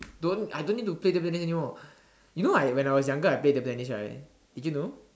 don't I don't need to play table tennis anymore you know I when I was younger I play table tennis right did you know